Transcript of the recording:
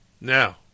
Now